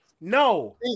no